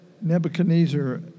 Nebuchadnezzar